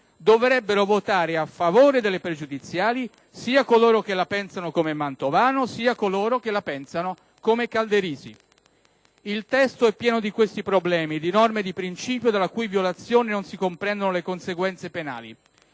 Dovrebbero votare a favore delle pregiudiziali sia coloro che la pensano come Mantovano, sia coloro che la pensano come Calderisi. Il testo è pieno di questi problemi, di norme di principio della cui violazione non si comprendono le conseguenze penali.